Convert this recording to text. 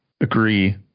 agree